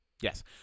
Yes